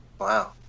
Wow